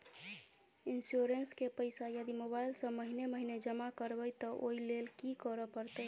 Insurance केँ पैसा यदि मोबाइल सँ महीने महीने जमा करबैई तऽ ओई लैल की करऽ परतै?